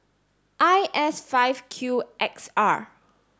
I S five Q X R